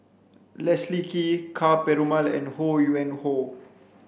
Leslie Kee Ka Perumal and Ho Yuen Hoe